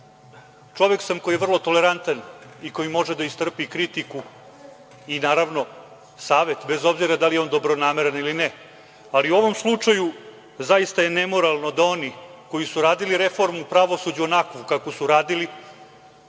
čovek sam koji je vrlo tolerantan i koji može da istrpi kritiku i, naravno, savet, bez obzira da li je on dobronameran ili ne, ali u ovom slučaju zaista je nemoralno da oni koji su radili reformu u pravosuđu, onakvu kakvu su radili,